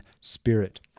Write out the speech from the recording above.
spirit